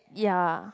ya